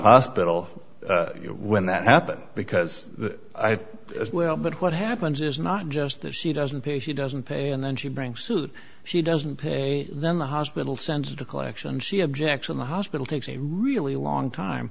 hospital when that happened because i thought well but what happens is not just that she doesn't pay she doesn't pay and then she bring suit she doesn't pay then the hospital sends to collection she objects in the hospital takes a really long time